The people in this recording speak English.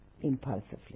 impulsively